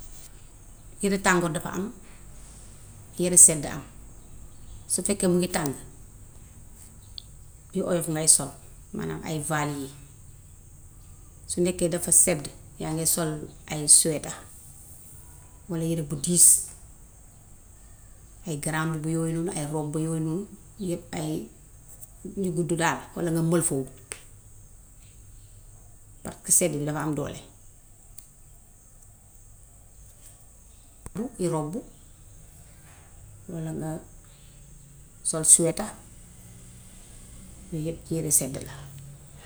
Yëre taangoor dafa am, yëre sedd am. Su fekkee mingi tàng, yu oyof ngay sol maanaam ay vale yii. Su nekkee dafa sedd, yaa nge sol ay sweeta walla yëre bu diis; ay garaa mbumbu yooy noonu, ay robbu yooy noonu, yépp ay yu guddu daal walla nga mëlfëwu paska sedd bi dama am doole. Robbu walla nga sol sweeta. Yooy yépp ci yëre sedd la.